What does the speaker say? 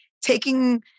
taking